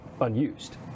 unused